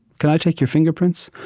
can i take your fingerprints?